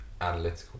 analytical